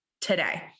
today